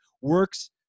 works